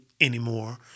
anymore